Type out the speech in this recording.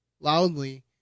loudly